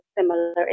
similar